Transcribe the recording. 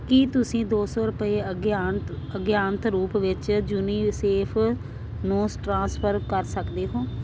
ਕੀ ਤੁਸੀਂਂ ਦੋ ਸੌ ਰੁਪਏ ਅਗਿਆਤ ਅਗਿਆਤ ਰੂਪ ਵਿੱਚ ਯੂਨੀਸੇਫ ਨੂੰ ਟ੍ਰਾਂਸਫਰ ਕਰ ਸਕਦੇ ਹੋ